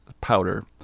powder